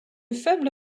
faible